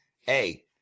hey